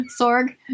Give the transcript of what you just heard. Sorg